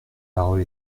parole